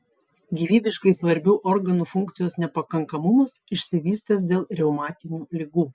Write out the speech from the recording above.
gyvybiškai svarbių organų funkcijos nepakankamumas išsivystęs dėl reumatinių ligų